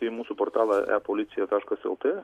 į mūsų portalą epolicija taškas lt